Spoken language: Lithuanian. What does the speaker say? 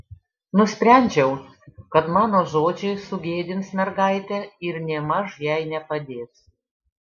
nusprendžiau kad mano žodžiai sugėdins mergaitę ir nėmaž jai nepadės